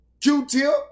Q-Tip